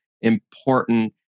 important